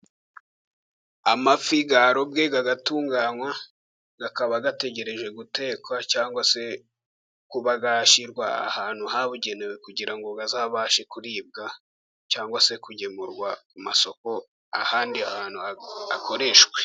Amafi yarobwe agatunganywa, akaba ategereje gutekwa, cyangwa se kuba yashyirwa ahantu habugenewe, kugira ngo azabashe kuribwa, cyangwa se kugemurwa mu masoko ahandi hantu, akoreshwe.